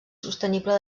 sostenible